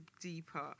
deeper